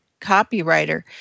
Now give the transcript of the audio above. copywriter